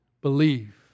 believe